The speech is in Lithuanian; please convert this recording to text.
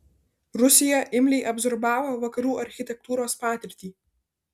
rusija imliai absorbavo vakarų architektūros patirtį